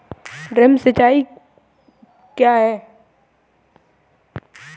Drip सिंचाई प्रणाली क्या है?